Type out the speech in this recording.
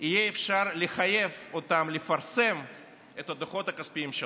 יהיה אפשר לחייב אותם לפרסם את הדוחות הכספיים שלהם.